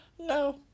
no